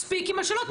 מספיק עם השאלות,